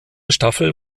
staffel